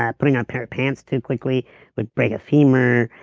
ah putting on pair of pants too quickly would break a femur,